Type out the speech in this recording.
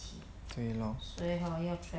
对 lor